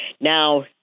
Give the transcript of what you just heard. Now